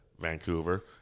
Vancouver